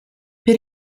per